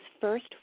first